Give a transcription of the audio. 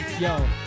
yo